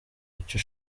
icyo